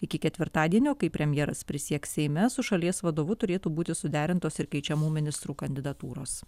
iki ketvirtadienio kai premjeras prisieks seime su šalies vadovu turėtų būti suderintos ir keičiamų ministrų kandidatūros